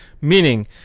meaning